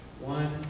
One